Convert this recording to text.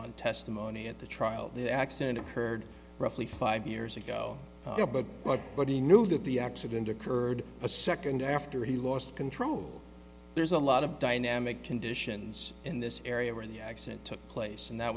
on testimony at the trial the accident occurred roughly five years ago but he knew that the accident occurred a second after he lost control there's a lot of dynamic conditions in this area where the accident took place and that